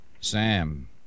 Sam